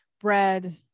bread